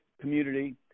community